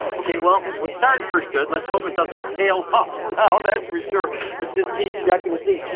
okay well, we started pretty good. let's hope it doesn't tail off now, that's for sure. let's just keeping checking to see.